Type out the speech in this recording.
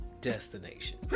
Destination